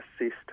assist